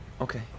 Okay